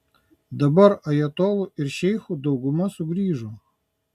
dabar ajatolų ir šeichų dauguma sugrįžo